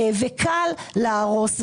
וקל להרוס.